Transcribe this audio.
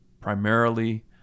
primarily